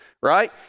right